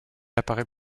apparaît